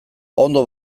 ondo